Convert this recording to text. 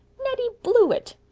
nettie blewett!